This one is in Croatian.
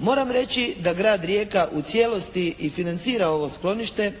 Moram reći da Grad Rijeka u cijelosti i financira ovo sklonište,